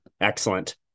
excellent